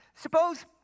Suppose